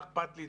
מה אכפת לי,